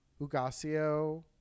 Ugasio